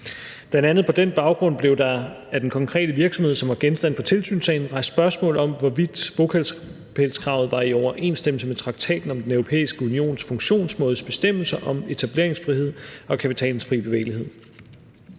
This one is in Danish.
baggrund blev der af den konkrete virksomhed, som var genstand for tilsynssagen, rejst spørgsmål om, hvorvidt bopælskravet var i overensstemmelse med Traktaten om Den Europæiske Unions funktionsmådes bestemmelser om etableringsfrihed og kapitalens fri bevægelighed.